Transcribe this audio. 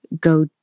go